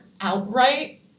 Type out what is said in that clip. outright